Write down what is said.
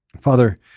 father